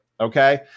okay